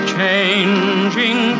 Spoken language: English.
changing